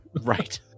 Right